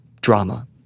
drama